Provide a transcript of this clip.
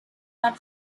not